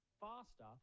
faster